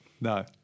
No